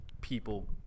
people